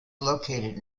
located